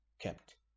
kept